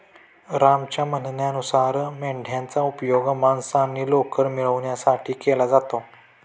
रामच्या म्हणण्यानुसार मेंढयांचा उपयोग मांस आणि लोकर मिळवण्यासाठी केला जातो